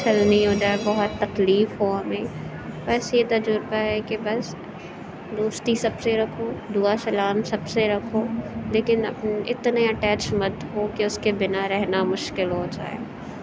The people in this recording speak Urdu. چھلنی ہو جائے بہت تکلیف ہو ہمیں بس یہ تجربہ ہے کہ بس دوستی سب سے رکھو دعا سلام سب سے رکھو لیکن اتنے اٹیچ مت ہو کہ اس کے بنا رہنا مشکل ہو جائے